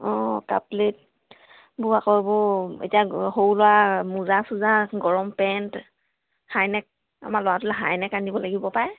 অঁ cup plate মোৰ আকৌ এইবোৰ এতিয়া সৰু ল'ৰা মোজা চোজা গৰম পেণ্ট হাই নেক আমাৰ ল'ৰাটোলৈ হাই নেক আনিব লাগিব পায়